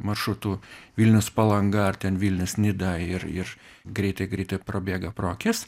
maršrutu vilnius palanga ar ten vilnius nida ir ir greitai greitai prabėga pro akis